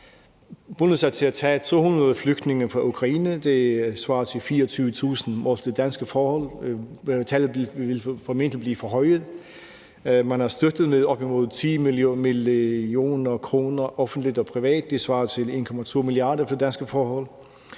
bundet sig til at tage 200 flygtninge fra Ukraine – det svarer til 24.000 målt efter danske forhold – og tallet vil formentlig blive forhøjet. Man har støttet med op imod 10 mio. kr. offentligt og privat – det svarer til 1,2 mia. kr. efter danske forhold